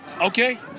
Okay